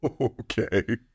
Okay